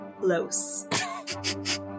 close